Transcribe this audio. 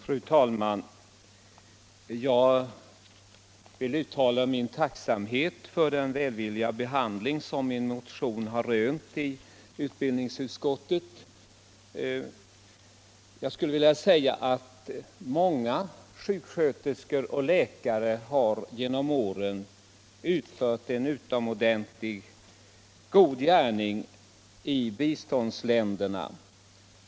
Fru talman! Jag vill uttala min tacksamhet för den välvilliga behandling som min motion har rönt i utrikesutskottet. Jag skulle vilja säga att många sjuksköterskor och läkare genom åren har utfört en utomordentligt god gärning i biståndsländerna.